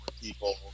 people